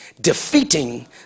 Defeating